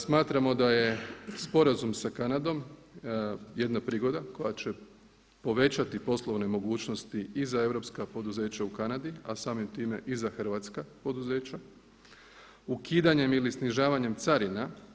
Smatramo da je sporazum sa Kanadom jedna prigoda koja će povećati poslovne mogućnosti i za europska poduzeća u Kanadi, a samim time i za hrvatska poduzeća ukidanjem ili snižavanjem carina.